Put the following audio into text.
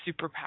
superpower